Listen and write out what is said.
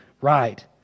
right